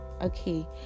okay